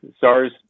SARS